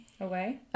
away